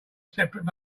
separate